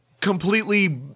completely